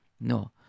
no